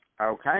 Okay